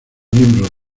miembros